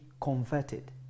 converted